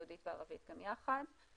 היהודית והערבית גם יחד.